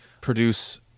produce